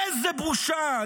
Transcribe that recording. איזו בושה.